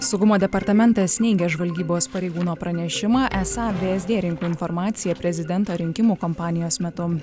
saugumo departamentas neigia žvalgybos pareigūno pranešimą esą vsd rinko informaciją prezidento rinkimų kampanijos metu